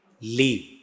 leave